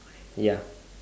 ya